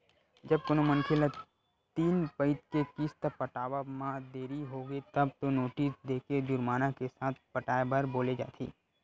जब कोनो मनखे ल तीन पइत के किस्त पटावब म देरी होगे तब तो नोटिस देके जुरमाना के साथ पटाए बर बोले जाथे